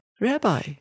Rabbi